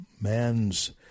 Man's